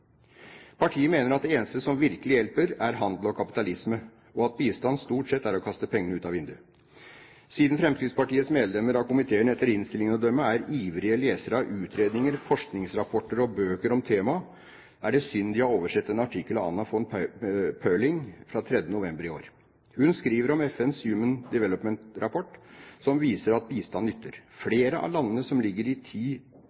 Partiet mener at det eneste som virkelig hjelper, er handel og kapitalisme, og at bistand stort sett er å kaste pengene ut av vinduet. Siden Fremskrittspartiets medlemmer av komiteen etter innstillingen å dømme er ivrige lesere av utredninger, forskningsrapporter og bøker om temaet, er det synd de har oversett en artikkel av Anna von Sperling fra 3. november i år. Hun skriver om FNs Human Development Report, som viser at bistand nytter.